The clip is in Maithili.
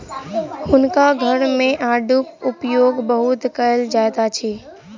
हुनका घर मे आड़ूक उपयोग बहुत कयल जाइत अछि